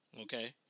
Okay